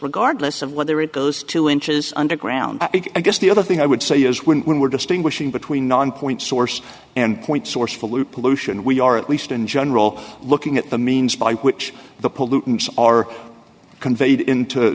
regardless of whether it goes two inches underground i guess the other thing i would say is when we're distinguishing between non point source and point source for loop pollution we are at least in general looking at the means by which the pollutants are conveyed in to